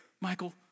Michael